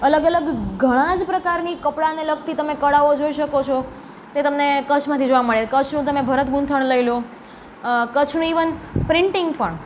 અલગ અલગ ઘણાં જ પ્રકારની કળાને લગતી તમે કળાઓ જોઈ શકો છો તે તમને કચ્છમાંથી જોવા મળે કચ્છનું તમે ભરત ગૂંથણ લઈ લો કચ્છનું ઇવન પ્રિન્ટિંગ પણ